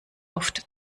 oft